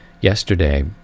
yesterday